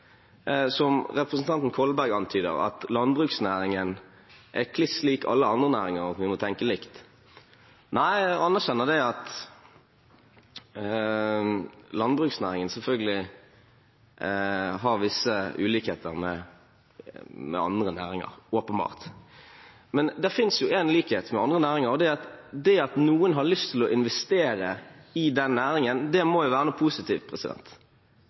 som representanten Kolberg antyder, at landbruksnæringen er klin lik alle andre næringer, og at vi må tenke likt. Nei, jeg anerkjenner at landbruksnæringen åpenbart er ulik andre næringer, også hva gjelder mat. Men det finnes jo en likhet med andre næringer, og det er at det at noen har lyst til å investere i næringen, må være noe positivt.